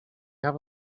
have